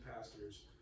pastors